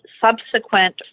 subsequent